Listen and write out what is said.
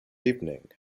evening